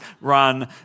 run